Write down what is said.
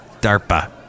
DARPA